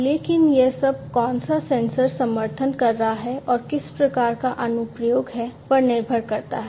लेकिन यह सब कौन सा सेंसर समर्थन कर रहा है और किस प्रकार का अनुप्रयोग है पर निर्भर करता है